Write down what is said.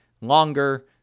longer